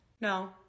No